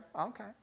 okay